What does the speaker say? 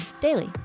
daily